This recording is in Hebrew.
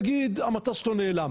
נגיד המטוס שלו נעלם